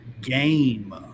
game